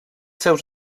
seus